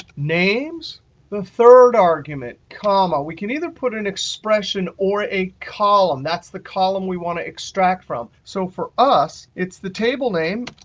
the third argument, comma, we can either put an expression or a column. that's the column we want to extract from. so for us, it's the table name,